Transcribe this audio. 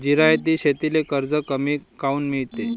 जिरायती शेतीले कर्ज कमी काऊन मिळते?